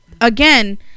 Again